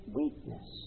weakness